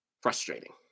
frustrating